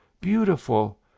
beautiful